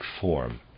form